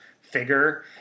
figure